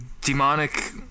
demonic